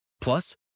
Plus